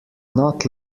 not